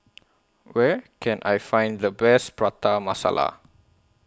Where Can I Find The Best Prata Masala